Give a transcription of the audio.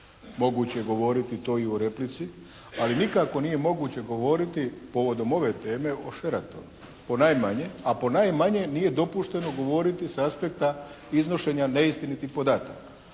Moguće je govoriti to i u replici, ali nikako nije moguće govoriti povodom ove teme o Sheratonu ponajmanje. A po najmanje nije dopušteno govoriti sa aspekta iznošenja neistinitih podataka.